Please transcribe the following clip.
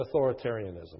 authoritarianism